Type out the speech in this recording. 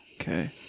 Okay